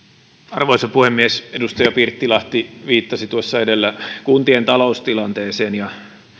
arvoisa puhemies edustaja pirttilahti viittasi tuossa edellä kuntien taloustilanteeseen ja